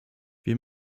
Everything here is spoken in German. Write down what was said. wir